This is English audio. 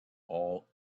all